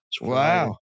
wow